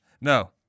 No